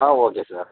ah okay sir